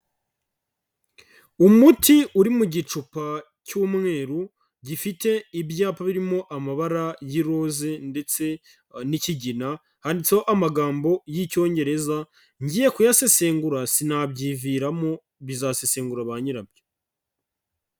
Umuti uri mu gicupa cy'umweru gifite ibyapa birimo amabara y'iroze ndetse n'ikigina, handitseho amagambo y'Icyongereza ngiye kuyasesengura sinabyiviramo bizasesengura bayirabyo.